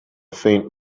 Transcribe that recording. faint